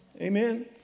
Amen